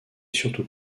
surtout